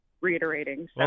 reiterating